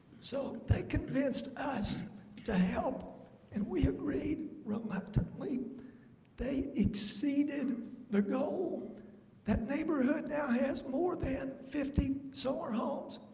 so they convinced us to help and we agreed reluctantly they exceeded the goal that neighbourhood now has more than fifteen solar homes,